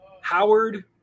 Howard